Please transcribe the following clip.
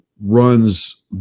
runs